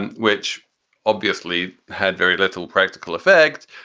and which obviously had very little practical effect,